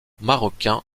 marocain